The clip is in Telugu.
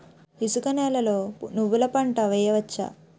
ఇసుక నేలలో నువ్వుల పంట వేయవచ్చా?